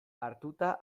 hartuta